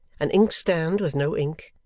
an inkstand with no ink,